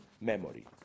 memory